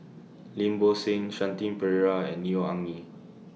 Lim Bo Seng Shanti Pereira and Neo Anngee